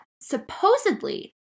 supposedly